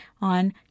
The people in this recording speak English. on